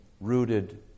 rooted